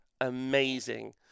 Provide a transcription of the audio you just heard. amazing